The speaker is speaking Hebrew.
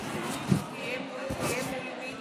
מולך ומול חבר